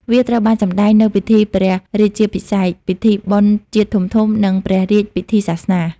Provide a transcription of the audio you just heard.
វាត្រូវបានសម្តែងនៅពិធីព្រះរាជាភិសេក ពិធីបុណ្យជាតិធំៗ និងព្រះរាជពិធីសាសនា។